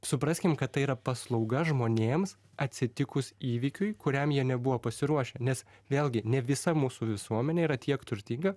supraskim kad tai yra paslauga žmonėms atsitikus įvykiui kuriam jie nebuvo pasiruošę nes vėlgi ne visa mūsų visuomenė yra tiek turtinga